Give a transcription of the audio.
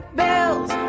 bills